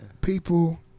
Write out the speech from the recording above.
People